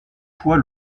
fois